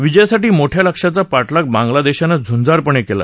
विजयासाठी मोठया लक्ष्याचा पाठलाग बांगला देशानं झुंजारपणे केला